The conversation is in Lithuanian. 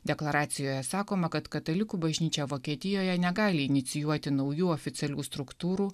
deklaracijoje sakoma kad katalikų bažnyčia vokietijoje negali inicijuoti naujų oficialių struktūrų